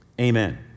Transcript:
Amen